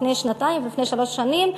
לפני שנתיים ולפני שלוש שנים,